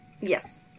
Yes